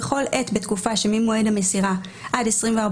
בכל עת בתקופה שממועד המסירה עד תום 24